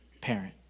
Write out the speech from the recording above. parent